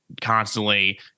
constantly